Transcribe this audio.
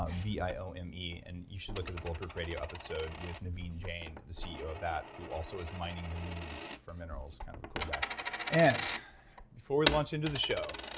ah v i o m e. and you should look at the bulletproof radio episode with naveen jain, the ceo of that who also is mining the moon for minerals. kind of a cool guy and before we launch into the show,